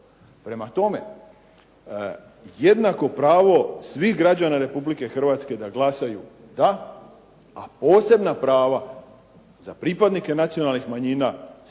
Prema tome, jednako pravo svih građana Republike Hrvatske da glasaju da, a posebna prava za pripadnike nacionalnih manjina